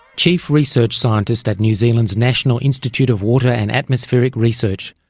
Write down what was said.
chief research scientist at new zealand's national institute of water and atmospheric research,